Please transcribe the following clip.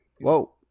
Whoa